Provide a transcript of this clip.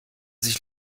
sich